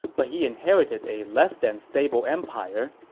but he inherited a less-than-stable empire,